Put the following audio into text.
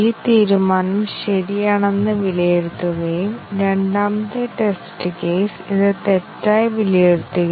എന്നാൽ അതിനുമുമ്പ് ഈ ശരിയായതിനെക്കുറിച്ച് വളരെ ലളിതമായ ചില ആശയങ്ങൾ നേടാൻ ശ്രമിക്കാം